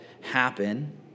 happen